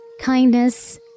kindness